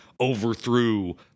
overthrew